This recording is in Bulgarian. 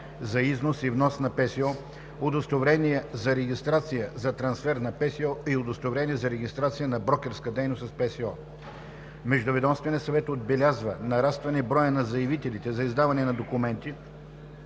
за износ и внос на ПСО, удостоверение за регистрация за трансфер на ПСО и удостоверение на регистрация за брокерска дейност с ПСО. Междуведомственият съвет отбелязва нарастване на броя на заявителите за издаване на документи